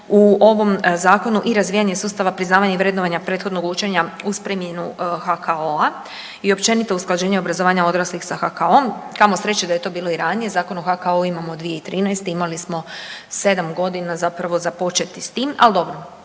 u ovom zakonu i razvijanje sustava priznavanja i vrednovanja prethodnog učenja uz primjenu HKO-a i općenito usklađenje obrazovanja odraslih sa HKO-om, kamo sreće da je to bilo i ranije. Zakon o HKO-u imamo 2013., imali smo 7 godina zapravo za početi s tim, ali dobro,